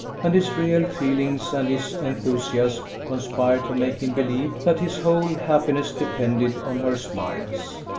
and his real feelings and his enthusiasm conspired to make him believe that his whole happiness depended on her smiles.